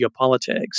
geopolitics